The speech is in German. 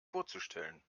vorzustellen